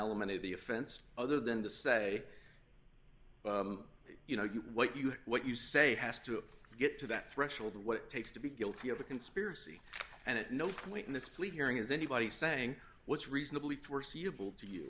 element of the offense other than to say well you know what you what you say has to get to that threshold of what it takes to be guilty of a conspiracy and at no point in this plea hearing is anybody saying what's reasonably foreseeable to you